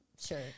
Sure